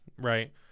right